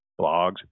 blogs